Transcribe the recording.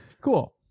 Cool